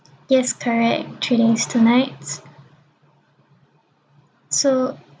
yes correct three days two nights so